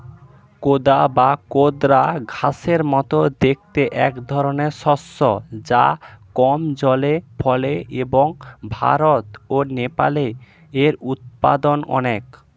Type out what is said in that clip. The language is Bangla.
কোদা বা কোদরা ঘাসের মতো দেখতে একধরনের শস্য যা কম জলে ফলে এবং ভারত ও নেপালে এর উৎপাদন অনেক